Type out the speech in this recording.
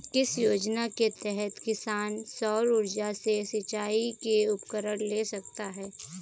किस योजना के तहत किसान सौर ऊर्जा से सिंचाई के उपकरण ले सकता है?